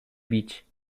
bić